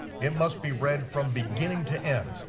it must be read from beginning to end,